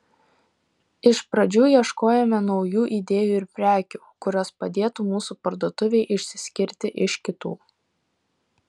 iš pradžių ieškojome naujų idėjų ir prekių kurios padėtų mūsų parduotuvei išsiskirti iš kitų